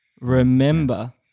Remember